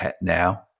now